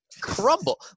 crumble